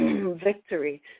Victory